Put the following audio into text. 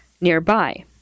nearby